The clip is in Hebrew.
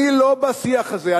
אני לא בשיח הזה.